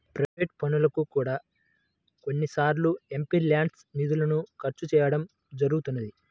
private పనులకు కూడా కొన్నిసార్లు ఎంపీల్యాడ్స్ నిధులను ఖర్చు చేయడం జరుగుతున్నది